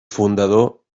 fundador